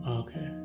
okay